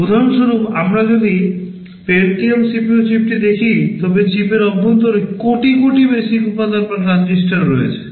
উদাহরণস্বরূপ আমরা যদি পেন্টিয়াম CPU চিপটি রয়েছে